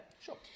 Sure